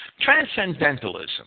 Transcendentalism